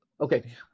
Okay